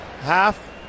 half